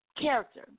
character